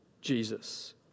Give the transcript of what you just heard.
Jesus